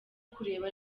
kureba